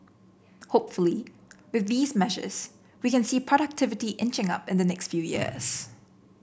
hopefully with these measures we can see productivity inching up in the next few years